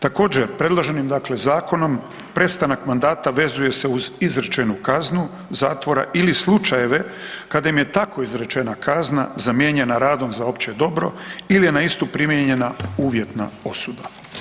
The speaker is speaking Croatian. Također, predloženim dakle zakonom prestanak mandata vezuje se uz izrečenu kaznu zatvora ili slučajeve kada im je tako izrečena kazna zamijenjena radom za opće dobro ili je na istu primijenjena uvjetna osuda.